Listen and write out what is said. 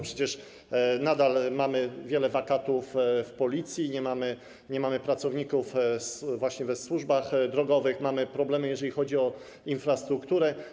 Przecież nadal mamy wiele wakatów w Policji, nie mamy pracowników w służbach drogowych, mamy problemy, jeżeli chodzi o infrastrukturę.